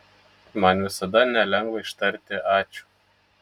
man visada nelengva ištarti ačiū